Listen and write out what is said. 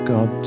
God